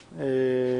(מ/1371).